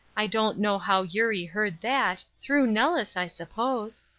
i don't know how eurie heard that, through nellis, i suppose.